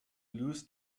lose